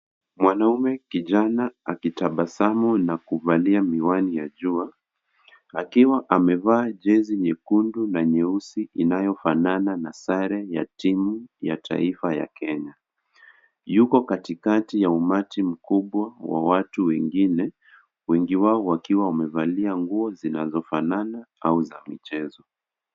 Mwanaume kijana akitabasamu na kuvalia miwani ya jua, akiwa amevaa jezi nyekundu na nyeusi inayofanana na sare ya timu ya taifa ya Kenya. Yuko katikati ya umati mkubwa wa watu wengine wengi wao wakiwa wamevalia nguo zinazofanana au za michezo.